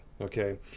okay